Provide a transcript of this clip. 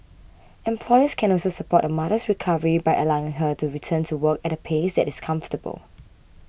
employers can also support a mother's recovery by allowing her to return to work at a pace that is comfortable